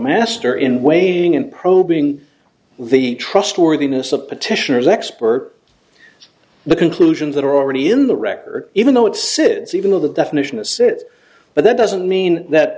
master in waiting and probing the trustworthiness of petitioners expert the conclusions that are already in the record even though it's sids even though the definition of but that doesn't mean that